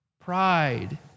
Pride